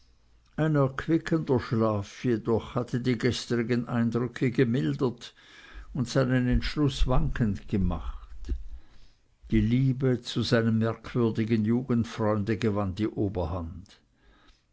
ein erquickender schlaf jedoch hatte die gestrigen eindrücke gemildert und seinen entschluß wankend gemacht die liebe zu seinem merkwürdigen jugendfreunde gewann die oberhand